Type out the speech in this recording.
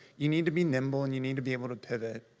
you need to be nimble, and you need to be able to pivot.